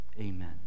amen